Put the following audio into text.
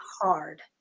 hard